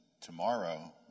tomorrow